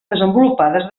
desenvolupades